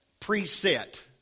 preset